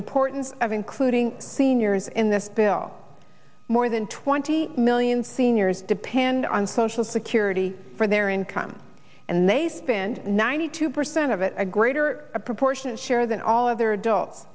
importance of including seniors in this bill more than twenty million seniors depend on social security for their income and they spend ninety two percent of it a greater a proportionate share than all other adults